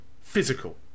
physical